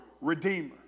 Redeemer